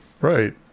Right